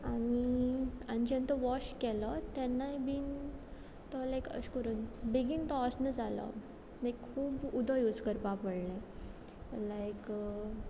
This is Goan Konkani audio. आनी आनी जेन्ना तो वॉश केलो तेन्नाय बीन तो लायक अशें करून बेगीन तो वसना जालो लायक खूब उदक यूज करपा पडलें लायक